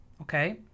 okay